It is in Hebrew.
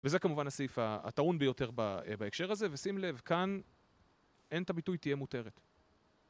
וזה כמובן הסעיף הטעון ביותר בהקשר הזה ושים לב, כאן אין את הביטוי תהיה מותרת